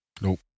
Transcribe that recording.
Nope